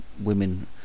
women